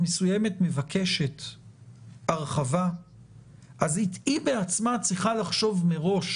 ונדרש לדווח לוועדה כל כמה דיונים התקיימו בנוכחות